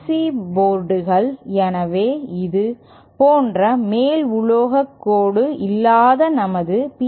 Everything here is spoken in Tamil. C போர்டுகள் எனவே இது போன்ற மேல் உலோகக் கோடு இல்லாத நமது P